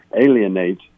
alienate